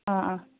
ꯑ ꯑ